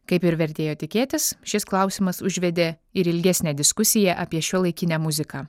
kaip ir vertėjo tikėtis šis klausimas užvedė ir ilgesnę diskusiją apie šiuolaikinę muziką